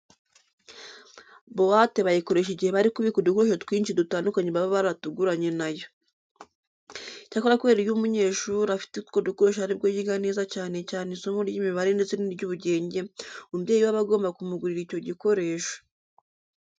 Buwate bayikoresha igihe bari kubika udukoresho twinshi dutandukanye baba baratuguranye na yo. Icyakora kubera ko iyo umunyeshuri afite utwo dukoresho ari bwo yiga neza cyane cyane isomo ry'imibare ndetse n'iry'ubugenge, umubyeyi we aba agomba kumugurira icyo gikoresho.